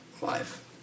life